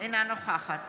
אינה נוכחת